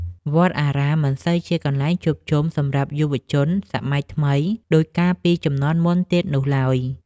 វត្តអារាមមិនសូវជាកន្លែងជួបជុំសម្រាប់យុវជនសម័យថ្មីដូចកាលពីជំនាន់មុនទៀតនោះឡើយ។